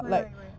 why why why